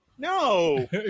No